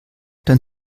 dann